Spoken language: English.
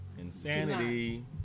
Insanity